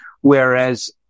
Whereas